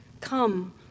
Come